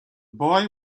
boy